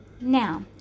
now